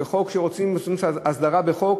וחוק שרוצים לעשות לו הסדרה בחוק,